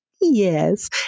yes